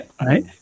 right